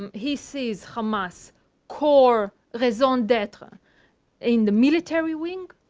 um he sees hamas's core raison d'etre in the military wing,